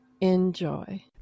Enjoy